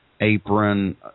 apron